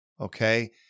Okay